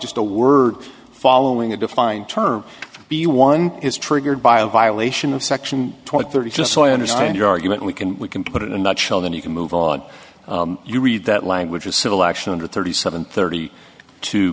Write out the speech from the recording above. just a word following a defined term be one is triggered by a violation of section twenty thirty just so i understand your argument we can we can put it in a nutshell then you can move on you read that language of civil action under thirty seven thirty to